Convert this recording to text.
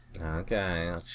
Okay